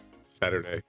Saturday